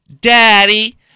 Daddy